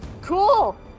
cool